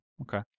Okay